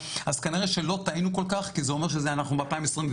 אז כנראה שלא טעינו כל כך כי זה אומר שאנחנו ב-2023.